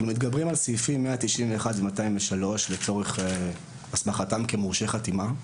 אנחנו מתגברים על סעיפים 191 ו-203 לצורך הסמכתם כמורשי חתימה.